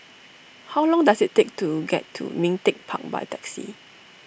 how long does it take to get to Ming Teck Park by taxi